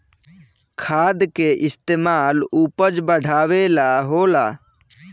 खाद के इस्तमाल उपज बढ़ावे ला होला